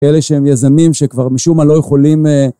אלה שהם יזמים, שכבר משום מה לא יכולים אה...